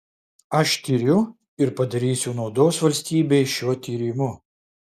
aš tiriu ir padarysiu naudos valstybei šiuo tyrimu